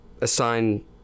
assign